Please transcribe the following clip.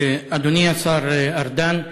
אדוני השר ארדן,